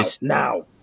now